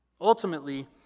Ultimately